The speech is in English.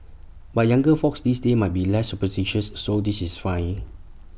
but younger folks these days might be less superstitious so this is fine